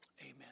Amen